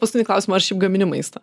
paskutinį klausimą ar šiaip gamini maistą